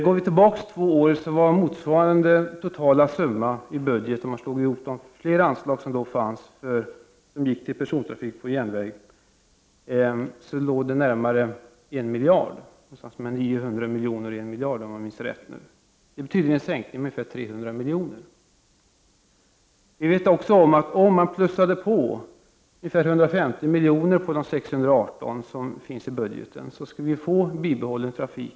Går vi tillbaka två år, finner vi att motsvarande totala summa i budgeten — om man slår ihop flera anslag som då gick till persontrafik på järnväg — var närmare 1 miljard, eller 900 milj.kr., om jag nu minns rätt. Det betyder en sänkning med ungefär 300 milj.kr. Om man plussade på ungefär 150 milj.kr. utöver de 618 milj.kr. som finns i budgeten, skulle vi få bibehållen trafik.